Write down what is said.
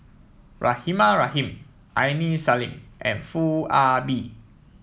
Rahimah Rahim Aini Salim and Foo Ah Bee